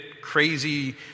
crazy